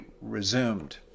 resumed